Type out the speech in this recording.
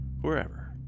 wherever